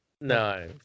No